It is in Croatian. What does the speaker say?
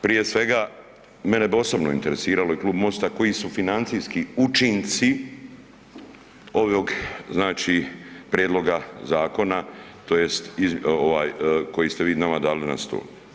Prije svega, mene bi osobno interesiralo i Klub Mosta, koji su financijski učinci ovog znači prijedloga zakona, tj. ovaj koji ste vi nama dali na stol.